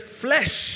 flesh